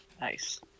nice